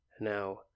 Now